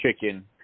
chicken